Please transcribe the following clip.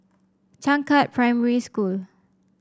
Changkat Primary School